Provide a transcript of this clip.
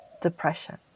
depression